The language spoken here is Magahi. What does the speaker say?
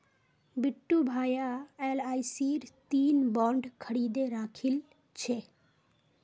बिट्टू भाया एलआईसीर तीन बॉन्ड खरीदे राखिल छ